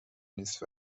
نیست